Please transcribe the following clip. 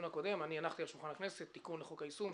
הקודם הנחתי על שולחן הכנסת תיקון לחוק היישום,